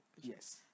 yes